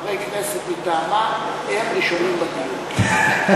חברי הכנסת מטעמה הם ראשונים בדיון.